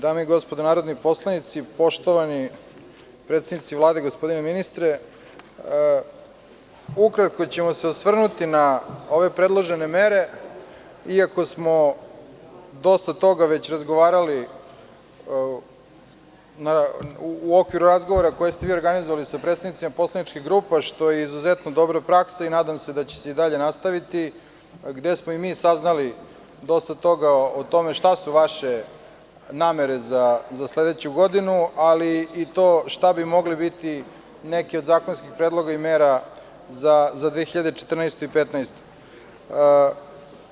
Dame i gospodo narodni poslanici, poštovani predstavnici Vlade, gospodine ministre, ukratko ćemo se osvrnuti na ove predložene mere, iako smo dosta toga već razgovarali u okviru razgovora koje ste vi organizovali sa predstavnicima poslaničkih grupa, što je izuzetno dobra praksa i nadam se da će se i dalje nastaviti, gde smo i mi saznali dosta toga o tome šta su vaše namere za sledeću godinu, ali i to šta bi mogli biti neki od zakonskih predloga i mera za 2014. i 2015. godinu.